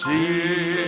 See